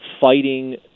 fighting